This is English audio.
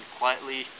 quietly